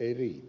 ei riitä